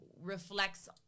reflects